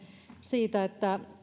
siitä